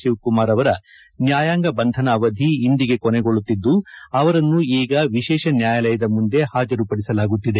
ಶಿವಕುಮಾರ್ ಅವರ ನ್ಯಾಯಾಂಗ ಬಂಧನ ಅವಧಿ ಇಂದಿಗೆ ಕೊನೆಗೊಳ್ಳುತ್ತಿದ್ದು ಅವರನ್ನು ಈಗ ವಿಶೇಷ ನ್ಯಾಯಾಲಯದ ಮುಂದೆ ಹಾಜರುಪದಿಸಲಾಗುತ್ತಿದೆ